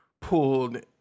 pulled